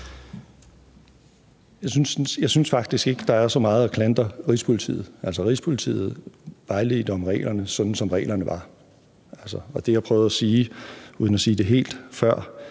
Jeg synes faktisk ikke, der er så meget at klandre Rigspolitiet for. Rigspolitiet vejledte om reglerne, sådan som reglerne var. Det, jeg prøvede at sige uden at sige det helt, var,